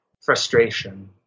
frustration